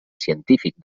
científic